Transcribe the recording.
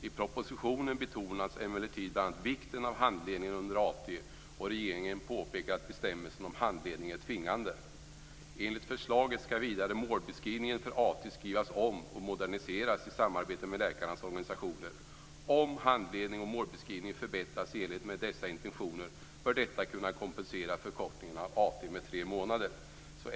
I propositionen betonas emellertid bl.a. vikten av handledningen under AT och regeringen påpekar att bestämmelsen om handledning är tvingande. Enligt förslaget skall vidare målbeskrivningen för AT skrivas om och moderniseras, i samarbete med läkarnas organisationer. Om handledning och målbeskrivning förbättras i enlighet med dessa intentioner bör detta kunna kompensera förkortningen av AT med tre månader."